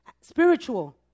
spiritual